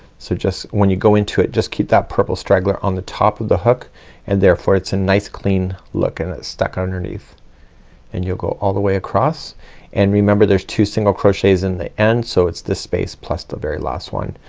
so just when you go into it, just keep that purple straggler on the top of the hook and therefore it's a nice clean look and it stuck underneath and you'll go all the way across and remember, there's two single crochets in the end. so it's this space plus very last one.